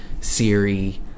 Siri